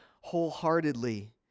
wholeheartedly